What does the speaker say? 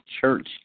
Church